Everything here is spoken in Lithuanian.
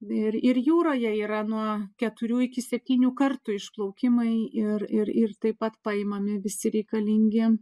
ir ir jūroje yra nuo keturių iki septynių kartų išplaukimai ir ir ir taip pat paimami visi reikalingi